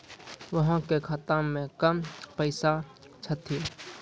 अहाँ के खाता मे कम पैसा छथिन?